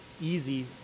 easy